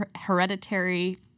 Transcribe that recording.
hereditary